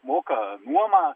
moka nuomą